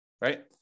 Right